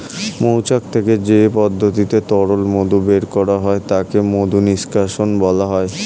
মৌচাক থেকে যে পদ্ধতিতে তরল মধু বের করা হয় তাকে মধু নিষ্কাশণ বলা হয়